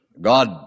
God